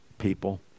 people